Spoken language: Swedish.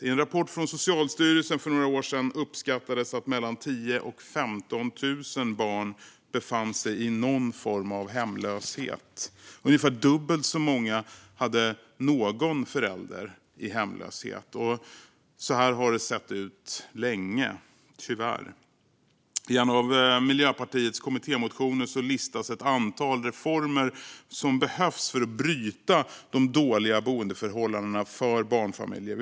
I en rapport från Socialstyrelsen för några år sedan uppskattades att mellan 10 000 och 15 000 barn befann sig i någon form av hemlöshet. Ungefär dubbelt så många hade någon förälder i hemlöshet. Så här har det tyvärr sett ut länge. I en av Miljöpartiets kommittémotioner listas ett antal reformer som behövs för att bryta de dåliga boendeförhållandena för barnfamiljer.